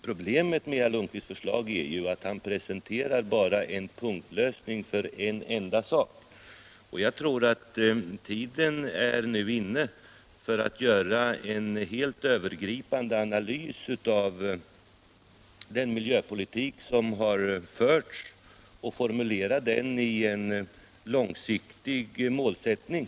Problemet med herr Lundkvists förslag är emellertid att han bara presenterar en punktlösning för en enda sak. Jag tror att tiden nu är inne att göra en helt övergripande analys av den miljöpolitik som har förts och formulera den i en långsiktig målsättning.